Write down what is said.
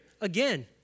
again